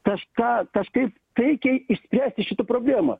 kažką kažkaip taikiai išspręsti šitą problemą